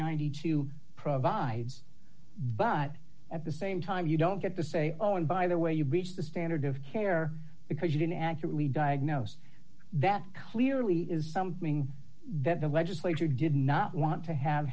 ninety two provides but at the same time you don't get to say oh and by the way you reach the standard of care because you can accurately diagnose that clearly is something that the legislature did not want to have